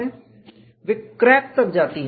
वे crack तक जाती हैं